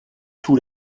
tous